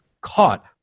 Caught